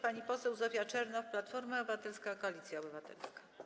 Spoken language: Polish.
Pani poseł Zofia Czernow, Platforma Obywatelska - Koalicja Obywatelska.